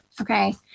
Okay